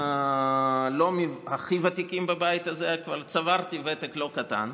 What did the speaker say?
לא מהכי ותיקים בבית הזה, אבל צברתי ותק לא קטן.